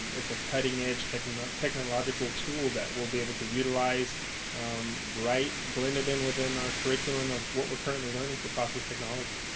it's a cutting edge technological tool that we'll be able to utilize right, blend it in within our curriculum of what we're currently learning for process technology.